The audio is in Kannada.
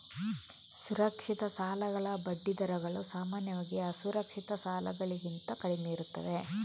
ಸುರಕ್ಷಿತ ಸಾಲಗಳ ಬಡ್ಡಿ ದರಗಳು ಸಾಮಾನ್ಯವಾಗಿ ಅಸುರಕ್ಷಿತ ಸಾಲಗಳಿಗಿಂತ ಕಡಿಮೆಯಿರುತ್ತವೆ